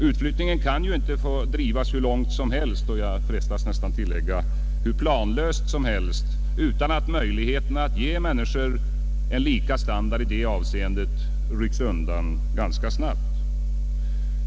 Utflyttningen kan ju inte få drivas hur långt som helst — och jag frestas tillägga hur planlöst som helst — utan att möjligheterna att ge människorna lika standard i det avseendet rycks undan ganska snabbt.